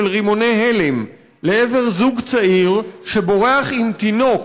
רימוני הלם לעבר זוג צעיר שבורח עם תינוק